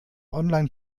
online